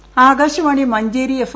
M Akashvani Manjeri F